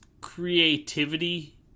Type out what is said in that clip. creativity